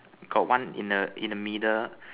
got one in the in the middle